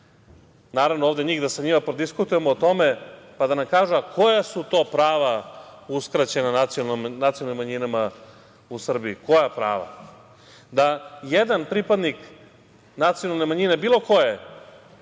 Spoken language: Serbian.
naravno, ovde nigde se nije, da prodiskutujemo o tome, pa da nam kažu koja su to prava uskraćena nacionalnim manjinama u Srbiji? Koja prava? Da jedan pripadnik nacionalne manjine, bilo koje